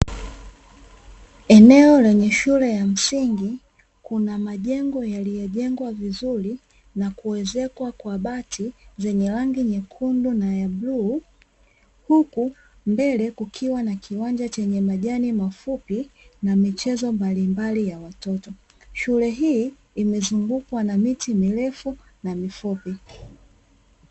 Eneo lenye shule ya msingi, kuna majengo yaliyojengwa vizuri na kuezekwa kwa bati zenye rangi nyekundu na ya bluu, huku mbele kukiwa na kiwanja chenye majani mafupi na michezo mbalimbali ya watoto, shule hii imezungukwa na miti mirefu na mifupi.